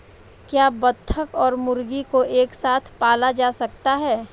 क्या बत्तख और मुर्गी को एक साथ पाला जा सकता है?